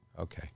Okay